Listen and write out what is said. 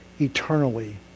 eternally